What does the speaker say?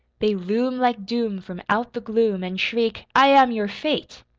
they loom like doom from out the gloom, an' shriek i am your fate!